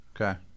Okay